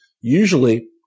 usually